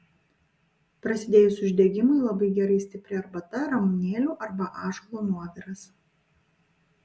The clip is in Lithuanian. prasidėjus uždegimui labai gerai stipri arbata ramunėlių arba ąžuolo nuoviras